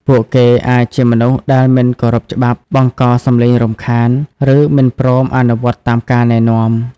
ពួកគេអាចជាមនុស្សដែលមិនគោរពច្បាប់ បង្កសំឡេងរំខាន ឬមិនព្រមអនុវត្តតាមការណែនាំ។